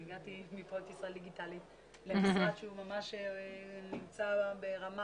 הגעתי מפרויקט ישראל דיגיטלית למשרד שהוא ממש נמצא ברמה